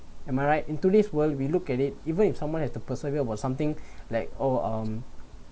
am I right in today's world we looked at it even if someone has the persevere about something like or um